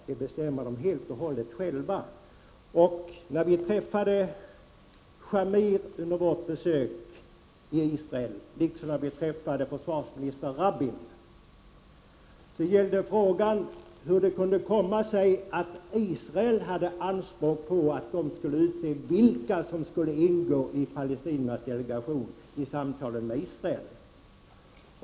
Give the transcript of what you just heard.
Det bestämmer de helt och hållet själva. När vi träffade Shamir under vårt besök i Israel liksom när vi träffade försvarsminister Rabin gällde frågan hur det kunde komma sig att Isr. :el gjorde anspråk på att få utse vilka som skulle ingå i palestiniernas delegation i samtalen med Israel.